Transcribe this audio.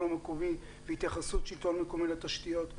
המקומי והתייחסות שלטון מקומי לתשתיות,